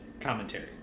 commentary